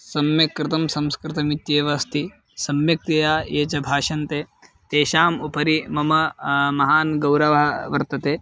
सम्यक् कृतं संस्कृतम् इत्येव अस्ति सम्यक्तया ये च भाषन्ते तेषाम् उपरि मम महान् गौरवः वर्तते